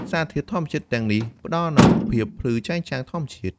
សារធាតុធម្មជាតិទាំងនេះផ្តល់នូវភាពភ្លឺចែងចាំងធម្មជាតិ។